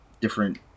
different